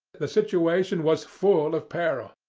the situation was full of peril.